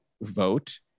vote